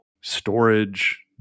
storage